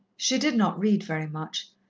she did not read very much.